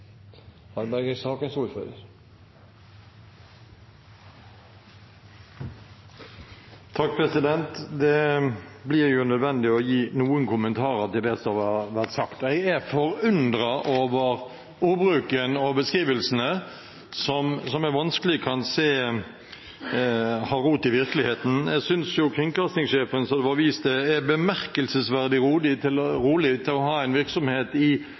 Det blir nødvendig å gi noen kommentarer til det som har vært sagt. Jeg er forundret over ordbruken og beskrivelsene, som jeg vanskelig kan se har rot i virkeligheten. Jeg synes kringkastingssjefen, som det var vist til, er bemerkelsesverdig rolig til å ha en virksomhet i